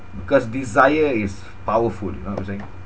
because desire is powerful you know what I'm saying